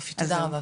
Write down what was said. תודה רבה.